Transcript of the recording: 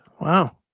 Wow